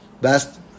Best